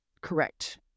Correct